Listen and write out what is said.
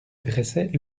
dressait